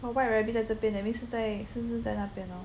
White Rabbit 的这边 that means 是在是不是在那边咯